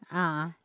a'ah